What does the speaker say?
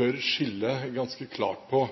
bør skille ganske klart på.